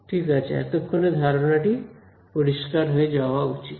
ঠিক আছে এতক্ষণে ধারণাটি পরিষ্কার হয়ে যাওয়া উচিত